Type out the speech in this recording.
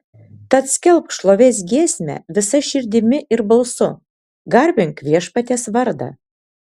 tad skelbk šlovės giesmę visa širdimi ir balsu garbink viešpaties vardą